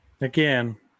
Again